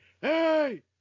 Hey